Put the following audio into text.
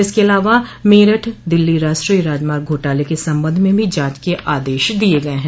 इसके अलावा मेरठ दिल्ली राष्ट्रीय राजमार्ग घोटाले के संबंध में भी जांच के आदेश दिये गये हैं